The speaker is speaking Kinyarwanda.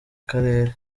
karere